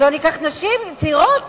אז לא ניקח נשים צעירות,